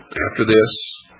after this,